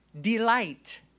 delight